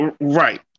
Right